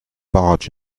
barge